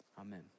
Amen